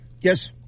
Yes